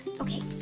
okay